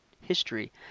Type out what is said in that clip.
history